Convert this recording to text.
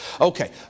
Okay